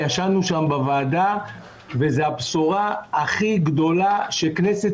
ישנו שם בוועדה וזו הבשורה הכי גדולה שכנסת